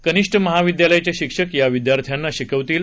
कनिष्ठ महाविद्यालयाचे शिक्षक या विद्यार्थ्यांना शिकवतील